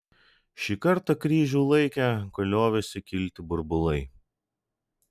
šį kartą kryžių laikė kol liovėsi kilti burbulai